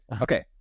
Okay